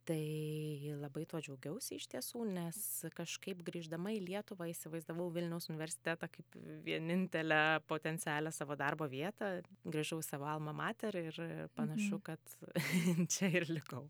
tai labai tuo džiaugiausi iš tiesų nes kažkaip grįždama į lietuvą įsivaizdavau vilniaus universitetą kaip vienintelę potencialią savo darbo vietą grįžau į savo alma mater ir panašu kad čia ir likau